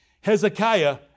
Hezekiah